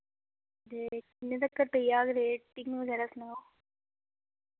ते किन्ने तकर पेई जाह्ग रेटिंग बगैरा सनाओ